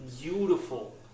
beautiful